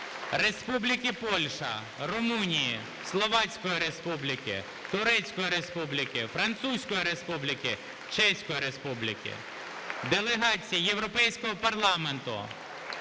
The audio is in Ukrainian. Республіки Польща, Румунії, Словацької Республіки, Турецької Республіки, Французької Республіки, Чеської Республіки, делегації Європейського парламенту,